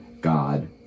God